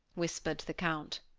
whispered the count.